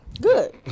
Good